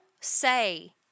say